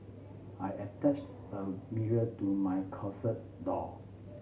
I attached a mirror to my closet door